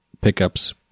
pickups